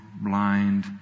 blind